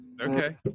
Okay